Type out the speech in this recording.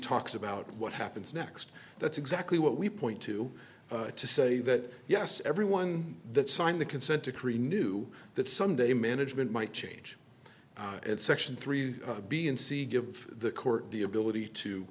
talks about what happens next that's exactly what we point to to say that yes everyone that signed the consent decree knew that sunday management might change and section three b and c give the court the ability to